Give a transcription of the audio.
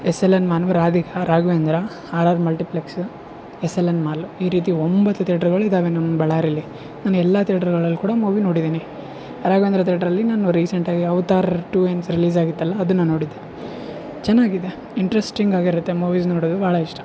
S L N Manav Radhika Raghavendra R R multiplex S L N mall ಈ ರೀತಿ ಒಂಬತ್ತು ತೇಟ್ರ್ಗಳು ಇದಾವೆ ನಮ್ಮ ಬಳ್ಳಾರಿಲಿ ನಾನು ಎಲ್ಲ ತೇಟ್ರ್ಗಳಲ್ಲಿ ಕೂಡ ಮೂವಿ ನೋಡಿದೀನಿ ರಾಘವೇಂದ್ರ ತೇಟ್ರಲ್ಲಿ ನಾನು ರೀಸೆಂಟಾಗಿ ಅವ್ತಾರ್ ಟು ಏನು ರಿಲೀಸ್ ಆಗಿತ್ತು ಅಲ್ಲ ಅದನ್ನ ನೋಡಿದ್ದೆ ಚೆನ್ನಾಗಿದೆ ಇಂಟ್ರಸ್ಟಿಂಗ್ ಆಗಿರುತ್ತೆ ಮೂವೀಸ್ ನೋಡೊದು ಬಹಳ ಇಷ್ಟ